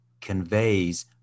conveys